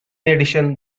addition